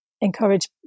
encourage